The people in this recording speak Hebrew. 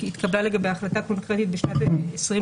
שהתקבלה לגביה החלטה קונקרטית בשנת 2020,